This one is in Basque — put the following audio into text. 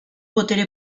botere